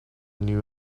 new